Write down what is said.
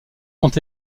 sont